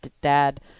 Dad